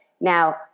Now